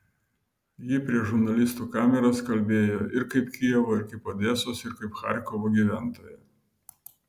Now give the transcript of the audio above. ji prieš žurnalistų kameras kalbėjo ir kaip kijevo ir kaip odesos ir kaip charkovo gyventoja